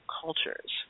cultures